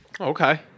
okay